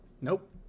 Nope